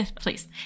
Please